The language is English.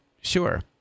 sure